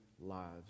lives